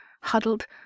huddled